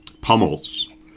Pummels